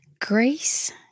grace